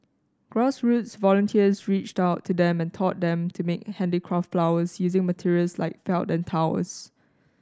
grassroots volunteers reached out to them and taught them to make handicraft flowers using materials like felt and towels